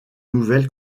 nouvelle